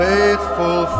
Faithful